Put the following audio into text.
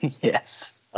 Yes